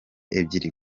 ebyiri